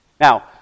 Now